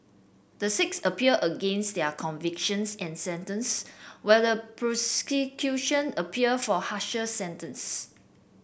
the six appealed against their convictions and sentence while the appealed for harsher sentence